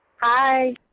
Hi